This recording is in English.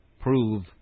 Prove